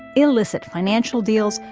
illicit financial deals,